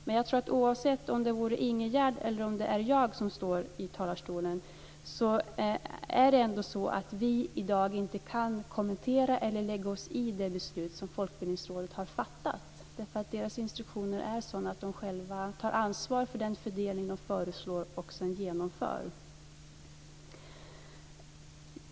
Men oavsett om det är Ingegerd eller jag som står i talarstolen kan vi i dag inte kommentera eller lägga oss i det beslut som Folkbildningsrådet har fattat, därför att deras instruktioner är sådana att de själva tar ansvar för den fördelning de föreslår och sedan genomför.